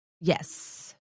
Yes